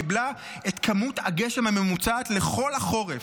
קיבלה את כמות הגשם הממוצעת לכל החורף.